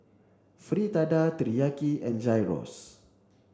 Fritada Teriyaki and Gyros